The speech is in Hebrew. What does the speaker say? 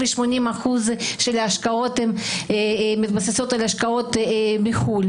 אחוזים של ההשקעות מתבססות על השקעות מחוץ לארץ.